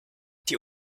die